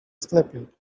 sklepie